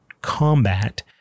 combat